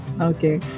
Okay